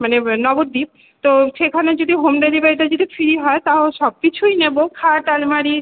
মানে নবদ্বীপ তো সেখানে যদি হোম ডেলিভারিটা যদি ফ্রি হয় তাও সব কিছুই নেব খাট আলমারি